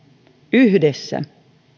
yhdessä